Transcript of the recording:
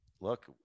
look